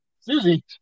Susie